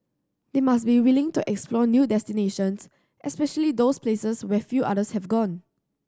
they must be willing to explore new destinations especially those places where few others have gone